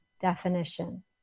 definition